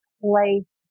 place